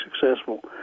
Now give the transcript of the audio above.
successful